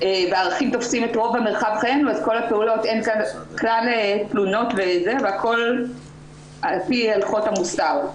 אז אין תלונות והכול על פי הלכות המוסר.